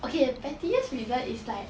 okay pettiest reason is like